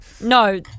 No